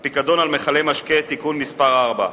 הפיקדון על מכלי משקה (תיקון מס' 4),